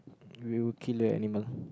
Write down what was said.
will kill a animal